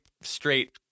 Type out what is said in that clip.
straight